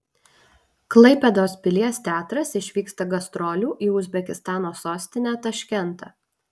klaipėdos pilies teatras išvyksta gastrolių į uzbekistano sostinę taškentą